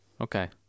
Okay